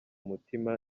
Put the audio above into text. mutima